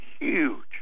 huge